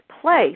place